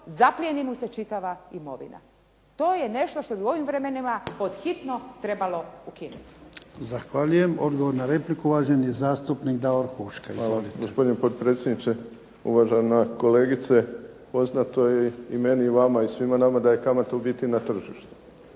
zaplijeni mu se čitava imovina. To je nešto što u ovim vremenima treba podhitno ukinuti. **Jarnjak, Ivan (HDZ)** Zahvaljujem. Odgovor na repliku, uvaženi zastupnik Davor Huška. **Huška, Davor (HDZ)** Hvala. Gospodine potpredsjedniče, uvažena kolegice. Poznato je i meni i vama i svima nama da je kamata u biti na tržištu.